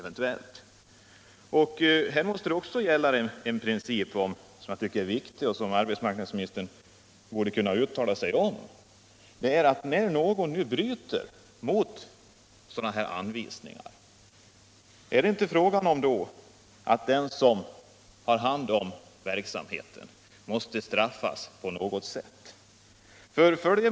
Jag vill här peka på en princip som jag tycker är viktig och som jag menar att arbetsmarknadsministern borde kunna uttala sig om. Om den som har hand om verksamhet av detta slag bryter mot anvisningarna, skall då vederbörande inte straffas på något sätt?